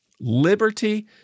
liberty